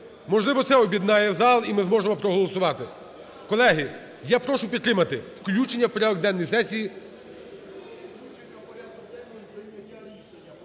Можливо, це об'єднає зал, і ми зможемо проголосувати. Колеги, я прошу підтримати включення в порядок денний сесії...